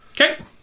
Okay